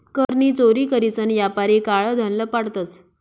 कर नी चोरी करीसन यापारी काळं धन लपाडतंस